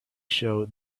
show